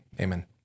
Amen